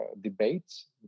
debates